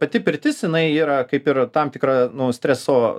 pati pirtis jinai yra kaip ir tam tikra nu streso